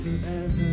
forever